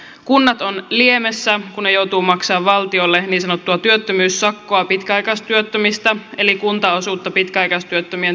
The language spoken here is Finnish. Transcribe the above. kunnat ovat liemessä kun ne joutuvat maksamaan valtiolle niin sanottua työttömyyssakkoa pitkäaikaistyöttömistä eli kuntaosuutta pitkäaikaistyöttömien työmarkkinatuesta